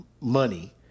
money